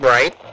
Right